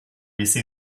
bizi